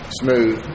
smooth